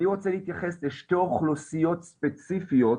אני רוצה להתייחס לשתי אוכלוסיות ספציפיות,